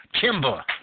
timber